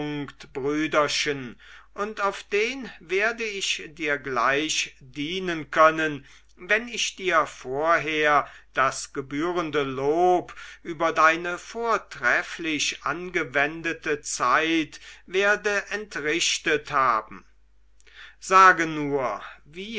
brüderchen und auf den werde ich dir gleich dienen können wenn ich dir vorher das gebührende lob über deine vortrefflich angewendete zeit werde entrichtet haben sage nur wie